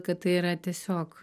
kad tai yra tiesiog